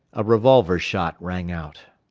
a revolver-shot rang out.